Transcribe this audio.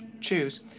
choose